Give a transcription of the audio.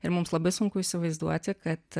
ir mums labai sunku įsivaizduoti kad